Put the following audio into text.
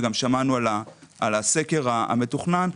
וגם שמענו על הסקר המתוכנן.